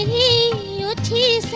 a t